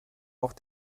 auch